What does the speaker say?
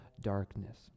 darkness